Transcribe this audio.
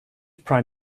prime